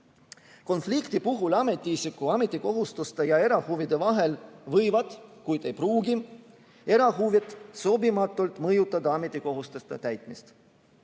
Konflikti puhul ametiisiku ametikohustuste ja erahuvide vahel võivad, kuid ei pruugi erahuvid sobimatult mõjutada ametikohustuste täitmist.